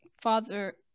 father